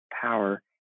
power